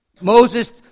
Moses